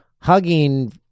Hugging